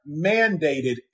mandated